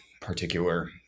particular